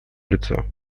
лицо